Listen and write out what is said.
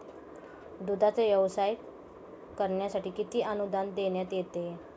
दूधाचा व्यवसाय करण्यासाठी किती अनुदान देण्यात येते?